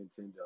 Nintendo